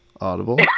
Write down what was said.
audible